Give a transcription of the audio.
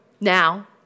now